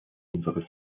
unsere